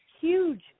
huge